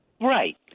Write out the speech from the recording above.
Right